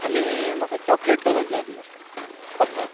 आनी म्हाका chocolate donut जाय आसले पन्नास